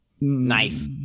Knife